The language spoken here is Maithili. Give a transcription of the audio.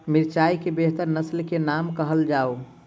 मिर्चाई केँ बेहतर नस्ल केँ नाम कहल जाउ?